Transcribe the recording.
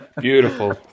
Beautiful